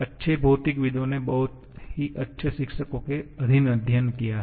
अच्छे भौतिकविदों ने बहुत ही अच्छे शिक्षकों के अधीन अध्ययन किया है